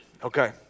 Okay